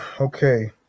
Okay